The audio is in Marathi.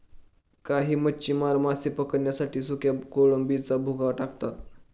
काही मच्छीमार मासे पकडण्यासाठी सुक्या कोळंबीचा भुगा टाकतात